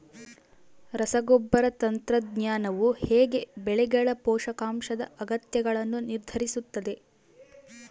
ರಸಗೊಬ್ಬರ ತಂತ್ರಜ್ಞಾನವು ಹೇಗೆ ಬೆಳೆಗಳ ಪೋಷಕಾಂಶದ ಅಗತ್ಯಗಳನ್ನು ನಿರ್ಧರಿಸುತ್ತದೆ?